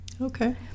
Okay